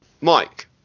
mike